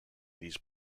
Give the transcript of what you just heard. these